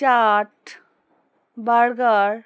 chaat burger